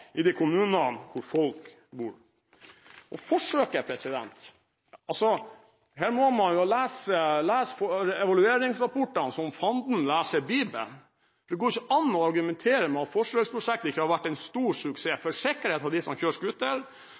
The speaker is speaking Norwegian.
i de kommunene hvor folk bor. Og forsøksprosjektet: Her må man lese evalueringsrapportene som fanden leser Bibelen. Det går ikke an å argumentere med at forsøksprosjektet ikke har vært en stor suksess – for sikkerheten for dem som kjører